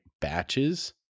batches